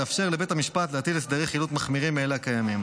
לאפשר לבית המשפט להטיל הסדרי חילוט מחמירים מאלה הקיימים.